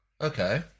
okay